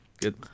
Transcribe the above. Good